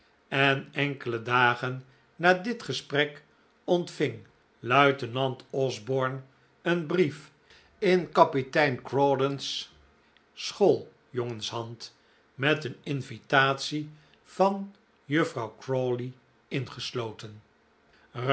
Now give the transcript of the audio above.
en enkele dagen na dit gesprek ontving luitenant osborne een brief in kapitein crawdon's schooljongenshand met een invitatie van juffrouw crawley ingesloten